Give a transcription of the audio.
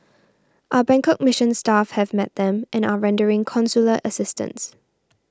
our Bangkok Mission staff have met them and are rendering consular assistance